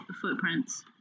footprints